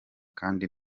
kandi